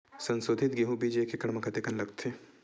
संसोधित गेहूं बीज एक एकड़ म कतेकन लगथे?